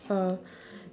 uh